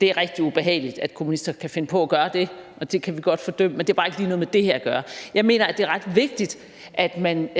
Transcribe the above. Det er rigtig ubehageligt, at kommunister kan finde på at gøre det, og det kan vi godt fordømme, men det har bare ikke lige noget med det her at gøre. Jeg mener, at det er ret vigtigt, at man